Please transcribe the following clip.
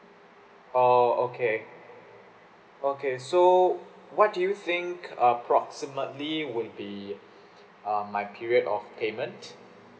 oh okay okay so what do you think approximately would be uh my period of payment